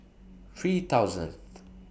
three thousand